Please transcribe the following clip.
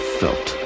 felt